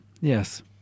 yes